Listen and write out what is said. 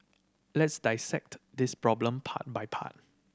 let's dissect this problem part by part